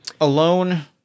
alone